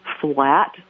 flat